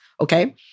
okay